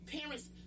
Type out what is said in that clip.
parents